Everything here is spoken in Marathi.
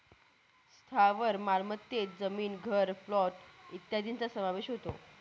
स्थावर मालमत्तेत जमीन, घर, प्लॉट इत्यादींचा समावेश होतो